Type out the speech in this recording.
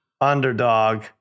underdog